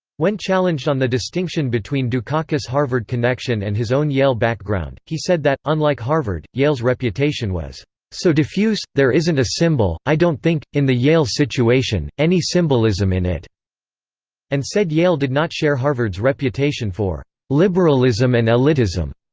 when challenged on the distinction between dukakis' harvard connection and his own yale background, he said that, unlike harvard, yale's reputation was so diffuse, there isn't a symbol, i don't think, in the yale situation, any symbolism in it and said yale did not share harvard's reputation for liberalism and elitism.